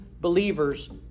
believers